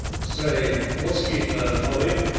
say! was he hurt, holly?